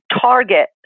target